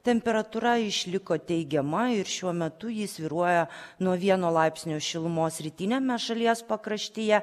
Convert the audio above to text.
temperatūra išliko teigiama ir šiuo metu ji svyruoja nuo vieno laipsnio šilumos rytiniame šalies pakraštyje